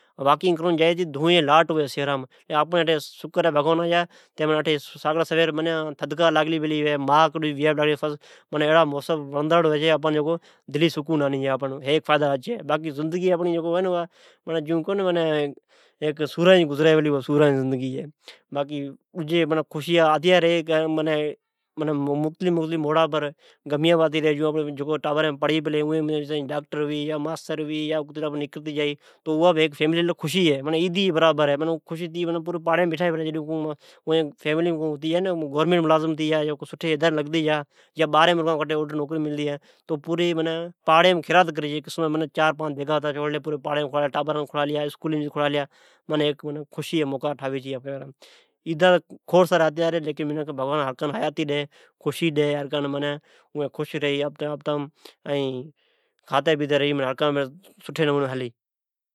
جڈ شھرام واق کرون جائی اٹو رگا دوا ھے۔ اٹھےساکھڑی سویر باراڑی مین مزی لگلی پلی ھی ۔صاف ھوا ٹھاڈی ھوا معنی ایڑا موسم وڑندڑ ھوی چھی دلین سکون آنی جا ھیک آپان ھچ فئیدا ھی ۔ باقی زندگی صفا سوراجی گھجری پلئ کا سڑائون ۔ باقی خشیا آتییا ری غمیا بھی آتیا ری جڈ آپڑی ٹانرین جڈ ڈاکٹر ھوی ،ماسترھوی تو اھا خشی ھے ۔ کو ٹابر کو بارین ملک جا یا کو سرکاری نوکری ملے تو اوا ھیک عید جی برانر ھی ۔ پچھی پوری پاڑی مین کھیریات کری چھئ۔ چار پانچ دیگا اتارتے کھڑئی اسکولی مین کھڑائی پاڑی مین کھڑائی تو ھیک خشی جا موعقا ٹھاری چھے۔ بگوان کرکان حیاتی ڈی کھاتی پیتی رھی بس خشیا اتیا ری